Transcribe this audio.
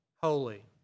holy